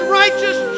righteous